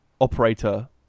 operator